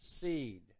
seed